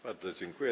Bardzo dziękuję.